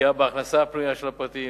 ופגיעה בהכנסה הפנויה של הפרטים